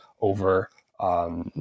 over